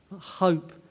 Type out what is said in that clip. hope